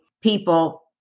people